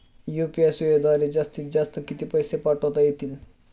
UPI सेवेद्वारे जास्तीत जास्त किती पैसे पाठवता येतील?